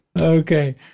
okay